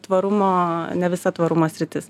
tvarumo ne visa tvarumo sritis